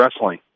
wrestling